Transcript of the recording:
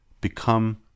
become